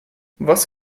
was